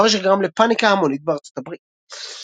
דבר שגרם לפאניקה המונית בארצות הברית.